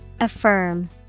Affirm